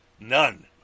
None